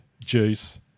Juice